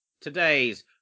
today's